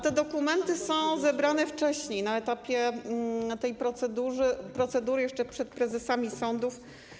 Te dokumenty są zebrane wcześniej, na etapie tej procedury jeszcze przed prezesami sądów.